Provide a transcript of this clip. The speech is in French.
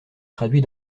traduit